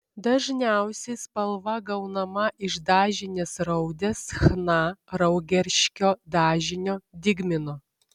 dažniausiai spalva gaunama iš dažinės raudės chna raugerškio dažinio dygmino